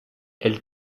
elle